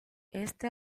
este